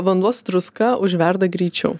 vanduo su druska užverda greičiau